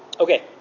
Okay